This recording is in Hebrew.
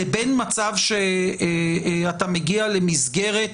לבין מצב שאתה מגיע למסגרת